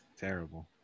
terrible